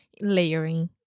Layering